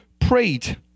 prayed